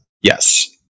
Yes